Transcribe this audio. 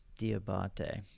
Diabate